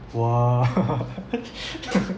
!wah!